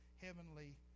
heavenly